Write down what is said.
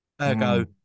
ergo